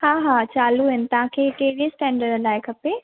हा हा चालू आहिनि तव्हां खे कहिड़े स्टेंडर लाइ खपे